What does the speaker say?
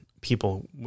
people